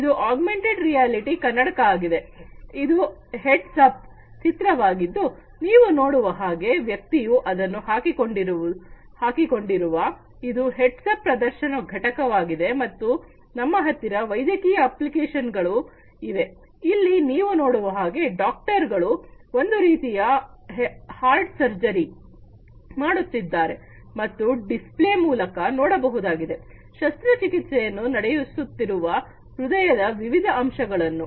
ಇದು augmented reality ಕನ್ನಡಕ ಆಗಿದೆ ಇದು ಹೆಡ್ಸ್ ಅಪ್ ಚಿತ್ರವಾಗಿದ್ದು ನೀವು ನೋಡುವ ಹಾಗೆ ವ್ಯಕ್ತಿಯು ಅದನ್ನು ಹಾಕಿಕೊಂಡಿರುವ ಇದು ಹೆಡ್ಸ್ ಅಪ್ ಪ್ರದರ್ಶನ ಘಟಕವಾಗಿದೆ ಮತ್ತು ನಮ್ಮ ಹತ್ತಿರ ವೈದ್ಯಕೀಯ ಅಪ್ಲಿಕೇಶನ್ಗಳು ಇವೆ ಇಲ್ಲಿ ನೀವು ನೋಡುವ ಹಾಗೆ ಡಾಕ್ಟರ್ಗಳು ಒಂದು ರೀತಿಯ ಹಾರ್ಟ್ ಸರ್ಜರಿ ಮಾಡುತ್ತಿದ್ದಾರೆ ಮತ್ತು ಡಿಸ್ಪ್ಲೇ ಮೂಲಕ ನೋಡಬಹುದಾಗಿದೆ ಶಸ್ತ್ರಚಿಕಿತ್ಸೆಯನ್ನು ನಡೆಸುತ್ತಿರುವ ಹೃದಯದ ವಿವಿಧ ಅಂಶಗಳನ್ನು